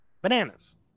Bananas